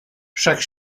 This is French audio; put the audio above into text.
chaque